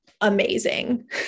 amazing